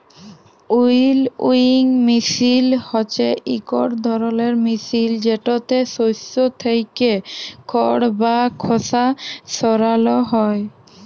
উইলউইং মিশিল হছে ইকট ধরলের মিশিল যেটতে শস্য থ্যাইকে খড় বা খসা সরাল হ্যয়